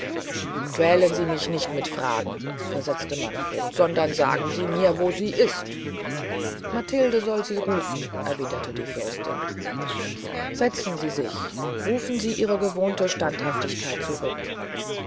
quälen sie mich nicht mit fragen versetzte manfred sondern sagen sie mir wo sie ist matilde soll sie rufen erwiederte die fürstin setzen sie sich rufen sie ihre gewohnte standhaftigkeit zurück